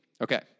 Okay